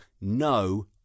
no